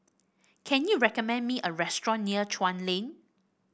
can you recommend me a restaurant near Chuan Lane